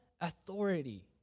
authority